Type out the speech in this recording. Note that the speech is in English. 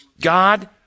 God